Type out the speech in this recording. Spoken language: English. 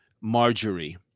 Marjorie